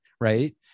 right